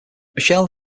michelle